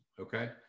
Okay